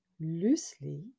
loosely